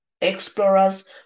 explorers